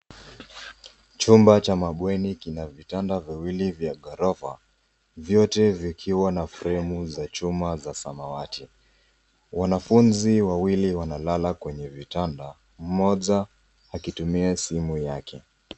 Chumba cha mabweni kina vitanda viwili vya ghorofa, vyote vikiwa na fremu za chuma za samawati. Wanafunzi wawili wanalala kwenye vitanda, mmoja akitumia simu yake.